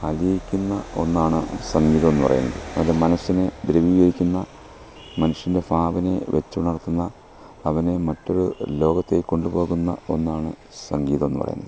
അലിയിക്കുന്ന ഒന്നാണ് സംഗീതമെന്ന് പറയുന്നത് അത് മനസ്സിനെ ഭ്രമീകരിക്കുന്ന മനുഷ്യൻ്റെ ഭാവനയെ വച്ചുണർത്തുന്ന അവനെ മറ്റൊരു ലോകത്തേക്ക് കൊണ്ട് പോകുന്ന ഒന്നാണ് സംഗീതം എന്ന് പറയുന്നത്